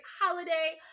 holiday